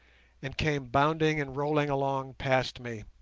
and came bounding and rolling along past me.